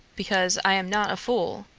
because i am not a fool.